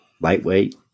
Lightweight